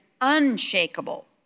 unshakable